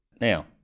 Now